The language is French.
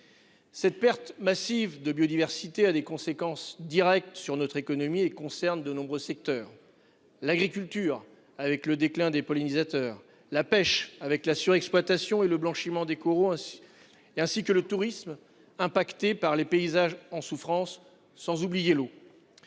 Cette perte massive de biodiversité, a des conséquences directes sur notre économie et concernent de nombreux secteurs, l'agriculture avec le déclin des pollinisateurs la pêche avec la surexploitation et le blanchiment des coraux. Et ainsi que le tourisme impacté par les paysages en souffrance sans oublier l'eau.